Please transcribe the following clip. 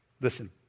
Listen